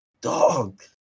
dog